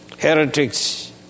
heretics